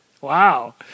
Wow